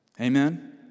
Amen